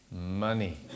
money